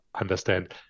understand